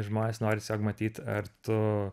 žmonės nori tiesiog matyt ar tu